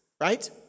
right